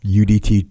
UDT